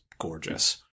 gorgeous